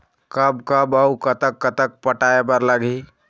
कब कब अऊ कतक कतक पटाए बर लगही